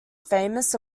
famous